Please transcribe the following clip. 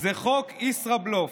"זה חוק ישראבלוף.